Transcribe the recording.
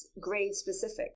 grade-specific